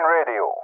Radio